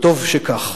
טוב שכך.